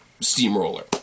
steamroller